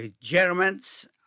Germans